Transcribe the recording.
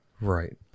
Right